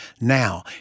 now